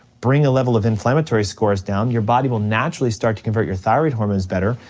bring a level of inflammatory scores down, your body will naturally start to convert your thyroid hormones better,